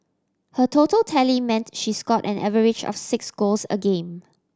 her total tally meant she scored an average of six goals a game